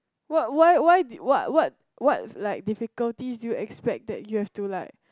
what why why did what what what like difficulties did you expect that you have to like